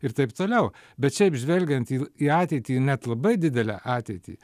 ir taip toliau bet šiaip žvelgiant į l į ateitį net labai didelę ateitį